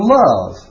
love